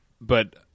But-